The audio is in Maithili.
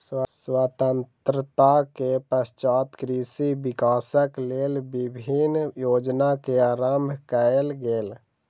स्वतंत्रता के पश्चात कृषि विकासक लेल विभिन्न योजना के आरम्भ कयल गेल